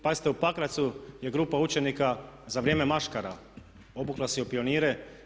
Pazite u Pakracu je grupa učenika za vrijeme maškara obukla se u pionire.